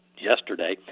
yesterday